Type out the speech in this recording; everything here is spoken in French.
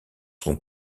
son